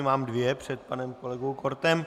Mám dvě před panem kolegou Kortem.